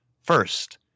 first